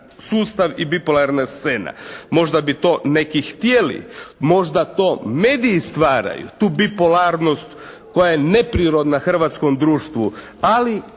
sustav i bipolarna scena. Možda bi to neki htjeli, možda to mediji stvaraju tu bipolarnost koja je neprirodna hrvatskom društvu, ali